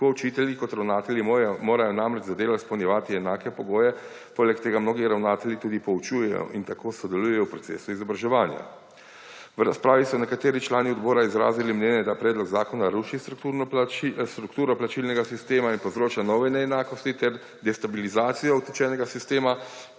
Tako učitelji kot ravnatelji morajo namreč za delo izpolnjevati enake pogoje, poleg tega mnogi ravnatelji tudi poučujejo in tako sodelujejo v procesu izobraževanja. V razpravi so nekateri člani odbora izrazili mnenja, da predlog zakona ruši strukturo plačnega sistema in povzroča nove neenakosti ter destabilizacijo utečenega sistema.